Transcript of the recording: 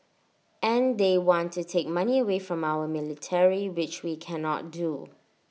and they want to take money away from our military which we cannot do